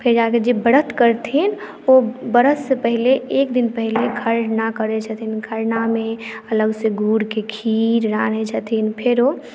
फेर अहाँके जे व्रत करथिन ओ व्रतसँ पहिने एक दिन पहिने खरना करैत छथिन खरनामे अलगसँ गुड़के खीर रान्हैत छथिन फेर ओ